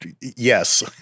yes